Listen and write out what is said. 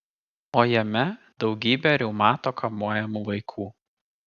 o jame daugybė reumato kamuojamų vaikų